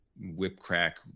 whip-crack